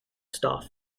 staff